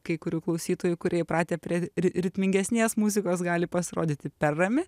kai kurių klausytojų kurie įpratę prie ri ritmingesnės muzikos gali pasirodyti per rami